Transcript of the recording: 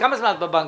כמה זמן את בבנקים?